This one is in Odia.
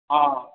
ହଁ ହଁ